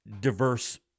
diverse